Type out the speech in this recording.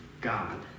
God